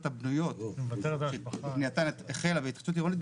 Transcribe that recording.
הבנויות שבנייתם החלה בהתחדשות עירונית,